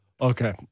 Okay